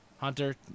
Hunter